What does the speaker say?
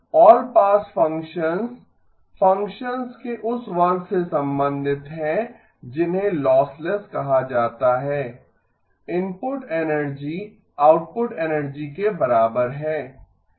आल pass functions functions के उस वर्ग से संबंधित हैं जिन्हें लॉसलेस कहा जाता है इनपुट एनर्जी आउटपुट एनर्जी के बराबर है